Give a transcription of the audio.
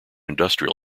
industrial